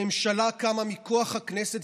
הממשלה קמה מכוח הכנסת,